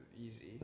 easy